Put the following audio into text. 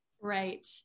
Right